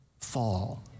fall